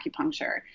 acupuncture